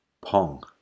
Pong